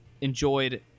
Enjoyed